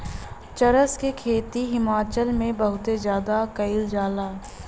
चरस क खेती हिमाचल में बहुते जादा कइल जाला